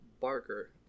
Barker